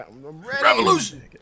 Revolution